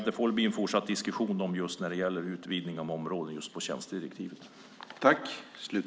Det får väl bli en fortsatt diskussion om utvidgning av områden inom tjänstedirektivet.